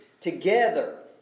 together